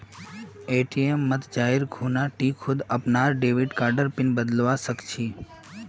ATM मत जाइ खूना टी खुद अपनार डेबिट कार्डर पिन बदलवा सख छि